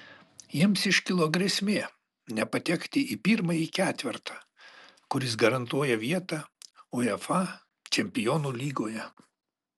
jiems iškilo grėsmė nepatekti į pirmąjį ketvertą kuris garantuoja vietą uefa čempionų lygoje